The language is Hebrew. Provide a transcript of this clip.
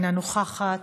אינה נוכחת,